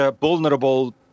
vulnerable